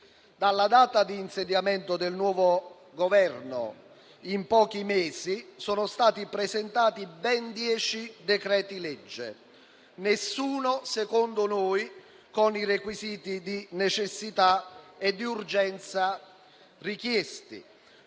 dalla data di insediamento del nuovo Governo, in soli due mesi sono stati presentati ben dieci decreti-legge, nessuno con i requisiti di necessità e urgenza richiesti,